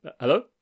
Hello